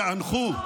תיאנחו.